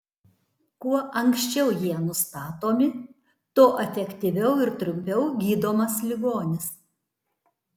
kuo anksčiau jie nustatomi tuo efektyviau ir trumpiau gydomas ligonis